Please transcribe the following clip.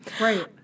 Right